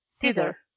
thither